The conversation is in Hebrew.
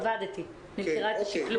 אני מכירה את השקלול.